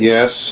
Yes